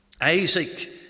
Isaac